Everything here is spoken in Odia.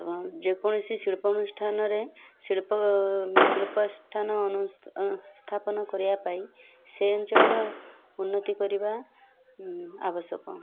ଯେକୌଣସି ଶିଳ୍ପ ଅନୁଷ୍ଠାନରେ ଶିଳ୍ପ ଶିଳ୍ପାନୁଷ୍ଠାନ ସ୍ଥାପନ କରିବା ପାଇଁ ସେ ଅଞ୍ଚଳର ଉନ୍ନତି କରିବା ଆବଶ୍ୟକ